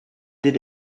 did